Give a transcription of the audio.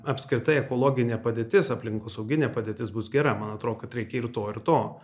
apskritai ekologinė padėtis aplinkosauginė padėtis bus gera man atrodo kad reikia ir to ir to